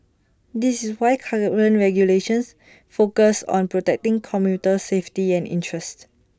this is why current regulations focus on protecting commuter safety and interests